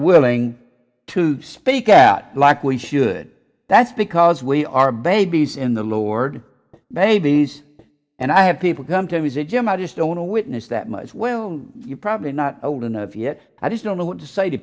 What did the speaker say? willing to speak out like we should that's because we are babies in the lord babies and i have people come to visit jim i just don't want to witness that much well you're probably not old enough yet i just don't know what to say to